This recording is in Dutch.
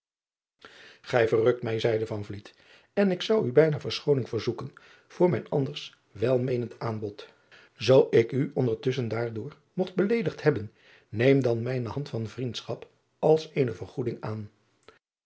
ijnslager mij zeide en ik zou u bijna verschooning verzoeken voor mijn anders welmeenend aanbod oo ik u ondertusschen daardoor mogt beleedigd hebben neem dan mijne hand van vriendschap als eene vergoeding aan